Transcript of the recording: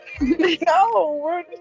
No